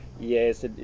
Yes